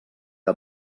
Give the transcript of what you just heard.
que